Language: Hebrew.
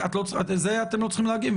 לזה אתם לא צריכים להגיב,